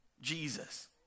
Jesus